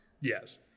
Yes